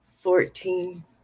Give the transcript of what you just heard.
fourteen